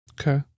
Okay